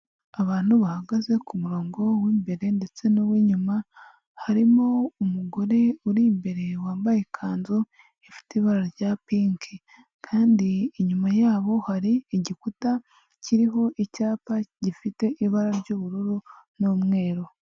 Abantu bahagaze k'umurongo w'imbere ndetse n'uw'inyuma, harimo umugore uri imbere wambaye ikanzu ifite ibara rya pinki, kandi inyuma yabo hari igikuta kiriho icyapa gifite ibara ry'ubururu n'umweru.